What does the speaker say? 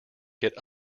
get